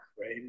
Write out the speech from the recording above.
Right